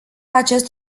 acest